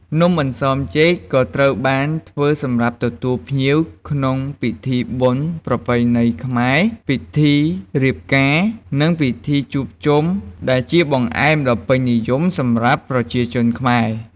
នំអន្សមចេក ក៏ត្រូវបានធ្វើសម្រាប់ទទួលភ្ញៀវ ក្នុងពិធីបុណ្យប្រពៃណីខ្មែរ ពិធីរៀបការ និងពិធីជួបជុំ ដែលជាបង្អែមដ៏ពេញនិយមសម្រាប់ប្រជាជនខ្មែរ។